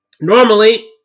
normally